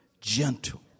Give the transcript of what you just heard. gentle